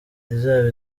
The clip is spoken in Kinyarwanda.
izaba